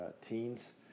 teens